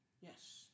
Yes